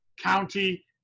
county